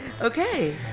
Okay